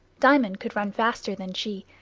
diamond could run faster than she,